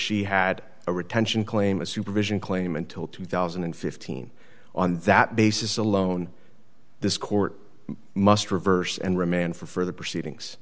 she had a retention claim a supervision claim until two thousand and fifteen on that basis alone this court must reverse and remand for further proceedings